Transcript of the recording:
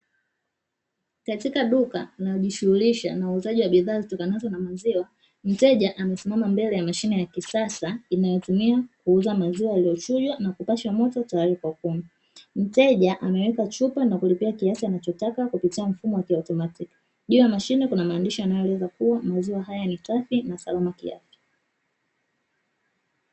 Katika duka linalojishughulisha na uuzaji wa bidhaa zitokanazo na maziwa, mteja amesimama mbele ya mashine ya kisasa inayotumiwa kuuza maziwa yaliyochujwa na kupashwa moto tayari kwa kunywa. Mteja ameweka chupa na kulipia kiasi anachotaka kupitia mfumo wa kiautomatiki. Juu ya mshine kuna maandishi yanayoeleza kua maziwa haya ni safi na salama kiafya.